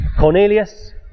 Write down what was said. Cornelius